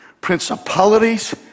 principalities